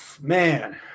Man